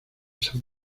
san